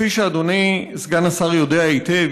כפי שאדוני סגן השר יודע היטב,